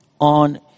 on